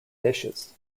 dishes